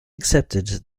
accepted